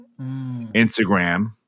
Instagram